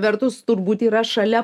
vertus turbūt yra šalia